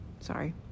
Sorry